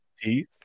teeth